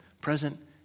present